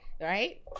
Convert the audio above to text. right